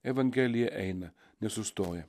evangelija eina nesustoja